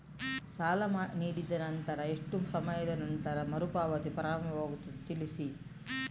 ಸಾಲ ನೀಡಿದ ನಂತರ ಎಷ್ಟು ಸಮಯದ ನಂತರ ಮರುಪಾವತಿ ಪ್ರಾರಂಭವಾಗುತ್ತದೆ ತಿಳಿಸಿ?